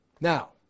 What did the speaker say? Now